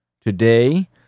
Today